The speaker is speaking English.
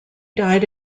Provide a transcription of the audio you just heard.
died